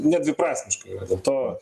nedviprasmiška yra dėl to